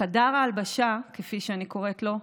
בחדר ההלבשה, כפי שאני קוראת לו,